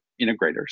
integrators